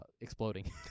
exploding